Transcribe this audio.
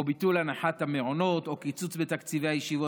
בביטול הנחות המעונות או בקיצוץ בתקציבי הישיבות,